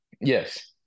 Yes